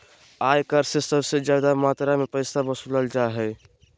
आय कर से सबसे ज्यादा मात्रा में पैसा वसूलल जा हइ